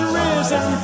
risen